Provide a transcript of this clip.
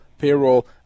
Payroll